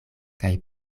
kaj